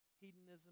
hedonism